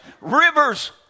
rivers